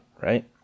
Right